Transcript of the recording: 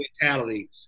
mentality